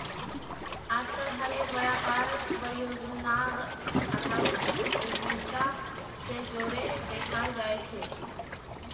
आजकल हर एक व्यापारक परियोजनार आधारित उद्यमिता से जोडे देखाल जाये छे